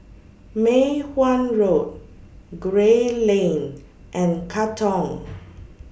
Mei Hwan Road Gray Lane and Katong